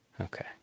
Okay